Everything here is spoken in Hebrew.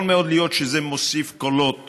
יכול מאוד להיות שזה מוסיף קולות